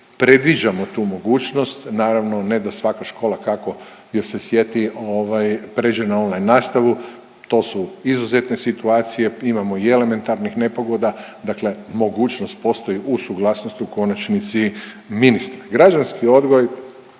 predviđamo tu mogućnost. Naravno ne da svaka škola kako joj se sjeti prijeđe na online nastavu. To su izuzetne situacije, imamo i elementarnih nepogoda. Dakle mogućnost postoji uz suglasnost u konačnici ministra. Građanski odgoj